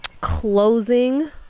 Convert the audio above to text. closing